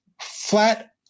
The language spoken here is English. flat